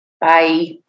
Bye